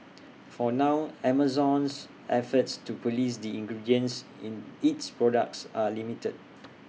for now Amazon's efforts to Police the ingredients in its products are limited